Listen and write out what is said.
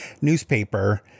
newspaper